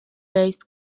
based